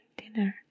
dinner